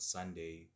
Sunday